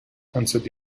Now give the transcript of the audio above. answered